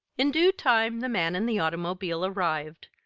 in due time the man and the automobile arrived,